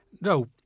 No